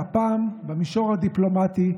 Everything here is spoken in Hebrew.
והפעם במישור הדיפלומטי,